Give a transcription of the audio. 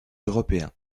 européens